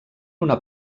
una